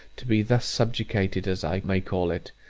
to be thus subjugated, as i may call it?